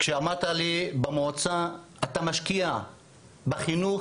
כשאמרת לי שבמועצה אתה משקיע בחינוך